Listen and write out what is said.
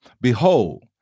behold